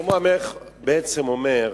שלמה המלך בעצם אומר: